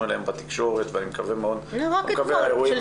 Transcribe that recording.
אליהם בתקשורת ואני מקווה מאוד --- רק שלשום.